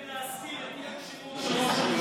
עיתונאים עיתית לגופי התקשורת בישראל),